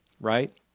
right